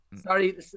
Sorry